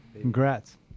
Congrats